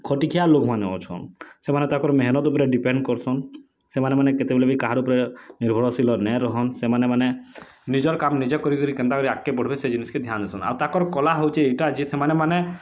ଖଟିଖିଆ ଲୋକମାନେ ଅଛନ୍ ସେମାନେ ତାକର୍ ମେହେନତ୍ ଉପରେ ଡ଼ିପେଣ୍ଡ୍ କରସନ୍ ସେମାନେ ମାନେ କେତେବେଲେ ବି କାହାରି ଉପରେ ନିର୍ଭରଶୀଲ ନା ରହନ୍ ସେମାନେ ମାନେ ନିଜର୍ କାମ୍ ନିଜେ କରିକିରି କେନ୍ତାକରି ଆଗକେ ବଢ଼୍ବେ ସେ ଜିନିଷ୍ କେ ଧ୍ୟାନ୍ ଦେସନ୍ ଆର୍ ତାକର୍ କଲା ହଉଛେ ଏଟା ଯେ ସେମାନେ ମାନେ